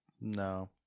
No